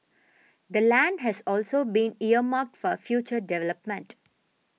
the land has also been earmarked for future development